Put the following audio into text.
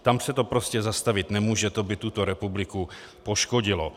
Tam se to prostě zastavit nemůže, to by tuto republiku poškodilo.